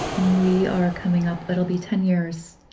we are coming up, it'll be ten years,